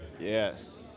Yes